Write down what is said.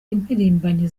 impirimbanyi